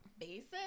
basic